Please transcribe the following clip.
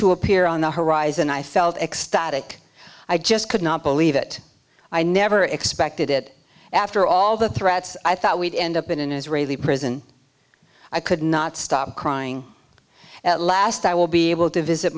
to appear on the horizon i felt ecstatic i just could not believe it i never expected it after all the threats i thought we'd end up in an israeli prison i could not stop crying at last i will be able to visit